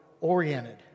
oriented